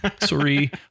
Sorry